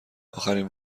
آخرین